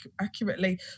accurately